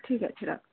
ঠিক আছে রাখ